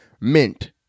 mint